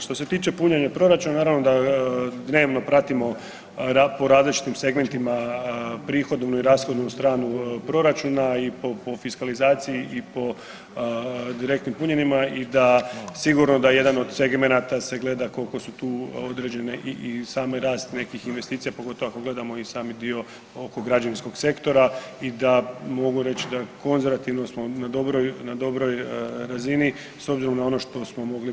Što se tiče punjenja proračuna naravno da dnevno pratimo po različitim segmentima prihodovnu i rashodovnu stranu proračuna i po fiskalizaciji i po direktnim punjenjima i da sigurno da jedan od segmenata se gleda koliko su tu određene i same rast nekih investicija pogotovo ako gledamo i sami dio oko građevinskog sektora i da mogu reći da konzervativno smo na dobroj, na dobroj razini s obzirom na ono što smo mogli biti na